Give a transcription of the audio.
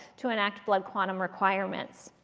to enact blood quantum requirements.